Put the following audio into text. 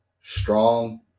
strong